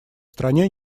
стране